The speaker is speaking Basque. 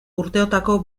urteotako